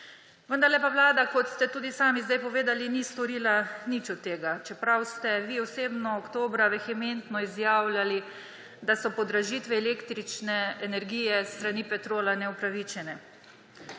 Vendarle pa Vlada, kot ste tudi sami sedaj povedali, ni storila nič od tega, čeprav ste vi osebno oktobra vehementno izjavljali, da so podražitve električne energije s strani Petrola neupravičene.